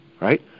right